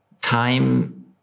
time